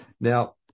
Now